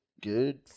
good